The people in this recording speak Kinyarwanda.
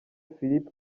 philippe